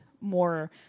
more